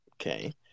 Okay